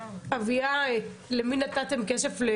אביה, אתה יודע למי נתתם כסף?